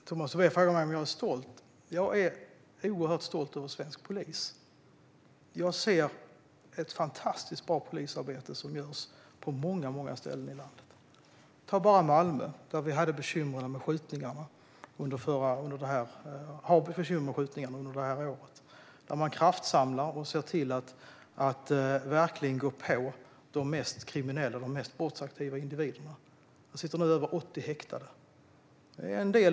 Fru talman! Tomas Tobé frågar mig om jag är stolt. Jag är oerhört stolt över svensk polis. Jag ser ett fantastiskt bra polisarbete som görs på många, många ställen i landet. Ta bara Malmö, där vi har haft bekymmer med skjutningar under året. Där kraftsamlar man och ser till att verkligen gå på de mest kriminella och brottsaktiva individerna, och nu sitter över 80 personer häktade.